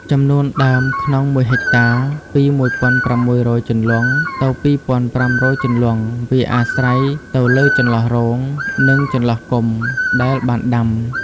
ចំនួនដើមក្នុង ១ហិកតា ពី ១៦០០ជន្លង់ ទៅ២៥០០ជន្លង់ វាអាស្រ័យទៅលើចន្លោះរង និងចន្លោះគុម្ព ដែលបានដាំ។